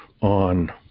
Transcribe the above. on